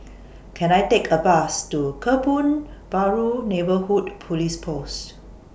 Can I Take A Bus to Kebun Baru Neighbourhood Police Post